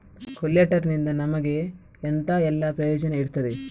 ಕೊಲ್ಯಟರ್ ನಿಂದ ನಮಗೆ ಎಂತ ಎಲ್ಲಾ ಪ್ರಯೋಜನ ಇರ್ತದೆ?